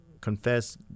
confess